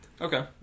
Okay